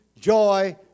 joy